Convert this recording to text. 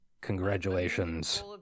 congratulations